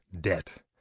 debt